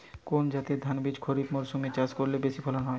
কোন জাতের ধানবীজ খরিপ মরসুম এ চাষ করলে বেশি ফলন হয়?